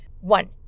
One